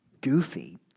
Goofy